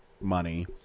money